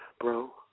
bro